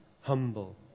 humble